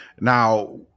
Now